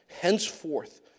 Henceforth